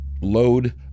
load